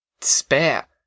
Despair